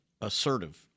assertive